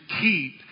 keep